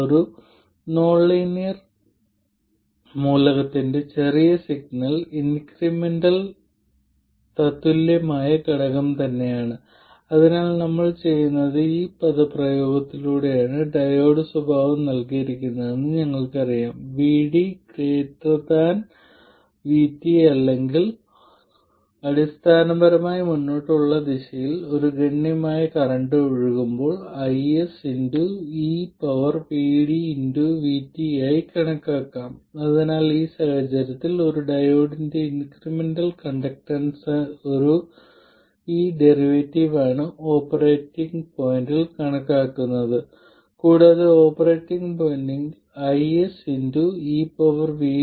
ഇപ്പോൾ നിങ്ങൾക്ക് ഇത് സമവാക്യങ്ങളിൽ ഉപയോഗിക്കാം സർക്യൂട്ട് ഇക്വലൻസിൽ പ്രവർത്തിക്കുന്നത് ഞങ്ങൾ കൂടുതൽ സുഖകരമാണെന്ന് കരുതുന്നു അതിനാൽ ഇതിന്റെ സർക്യൂട്ട് ഇക്വലൻസും നിങ്ങൾക്കറിയാം ഇത് പോർട്ട് 1 ൽ ആയിരിക്കും നിങ്ങൾക്ക് ഒരു ചാലകത y11 അല്ലെങ്കിൽ പ്രതിരോധം 1 ഓവർ y11